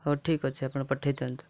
ହଉ ଠିକ୍ ଅଛି ଆପଣ ପଠାଇ ଦିଅନ୍ତୁ